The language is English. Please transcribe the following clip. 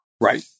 Right